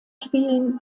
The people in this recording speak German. spielen